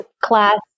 class